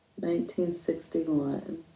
1961